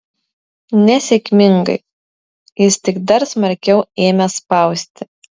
nesėkmingai jis tik dar smarkiau ėmė spausti